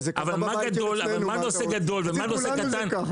אבל מה נושא גדול ומה נושא קטן?